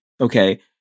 Okay